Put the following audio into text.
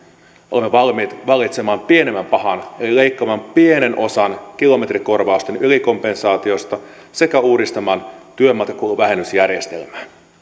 olemme valmiit valitsemaan pienemmän pahan eli leikkaamaan pienen osan kilometrikorvausten ylikompensaatiosta sekä uudistamaan työmatkakuluvähennysjärjestelmää